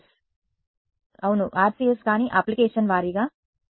RCS అవును RCS కానీ application వారీగా విద్యార్థి మిలిటరీ